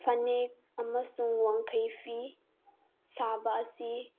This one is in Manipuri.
ꯐꯅꯦꯛ ꯑꯃꯁꯨꯡ ꯋꯥꯡꯈꯩ ꯐꯤ ꯁꯥꯕ ꯑꯁꯤ